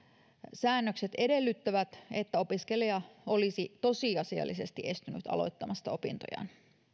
säännökset edellyttävät että opiskelija olisi tosiasiallisesti estynyt aloittamasta opintojaan